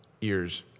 ears